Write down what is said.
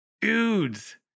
dudes